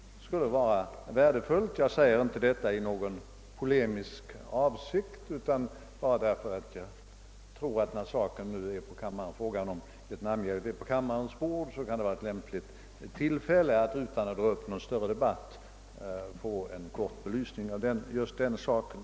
Jag säger inte detta i någon polemisk avsikt eller för att dra upp någon större debatt utan därför att det är en naturlig sak nu när frågan om hjälpen till Vietnam ligger på kammarens bord.